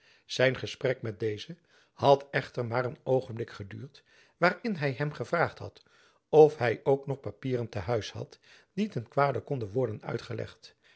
zijn gesprek met dezen had echter maar een oogenblik geduurd waarin hy hem gevraagd had of hy ook nog papieren te huis had die ten kwade konden worden uitgelegd